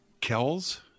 Kells